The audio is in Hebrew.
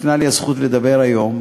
ניתנה לי הזכות לדבר היום,